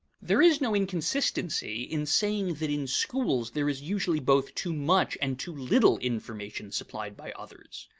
there is no inconsistency in saying that in schools there is usually both too much and too little information supplied by others.